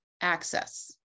access